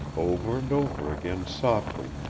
over and over again softly,